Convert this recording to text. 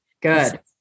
Good